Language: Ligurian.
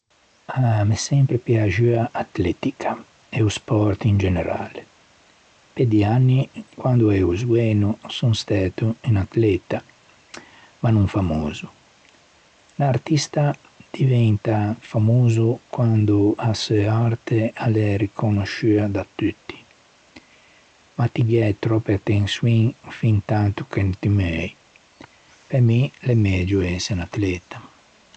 Ah m'é sempre piaxua a atletica e o sport in generale. Pe di anni quande eo zoeno son stæto un atleta ma no famoso. L'artista o diventa famoso quande a seu arte a l'é riconosciua da tutti ma ti gh'æ tròppe attençioin fintanto che no ti meui. Pe mi, l'é megio ëse un atleta.